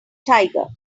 tiger